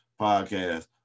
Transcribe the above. podcast